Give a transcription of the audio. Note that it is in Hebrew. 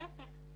להפך.